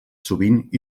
sovint